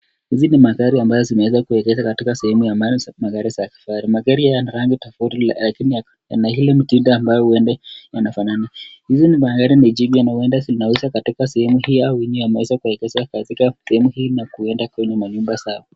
Hizi ni magari ambazo zimeweza kuegezwa katika sehemu ya magari ya kifahari. Magari haya yana rangi tofauti lakini yana ile mtindo ambayo huenda yanafanana. Hizi ni magari mapya na huenda zinauza katika sehemu hii au wenyewe wameweza kuegezwa katika sehemu hii na kuenda kwenye manyumba zao.